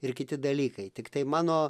ir kiti dalykai tiktai mano